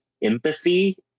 empathy